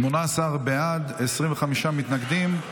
18 בעד, 25 מתנגדים.